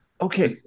Okay